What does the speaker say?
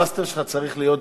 הפיליבסטר שלך צריך להיות בסוף.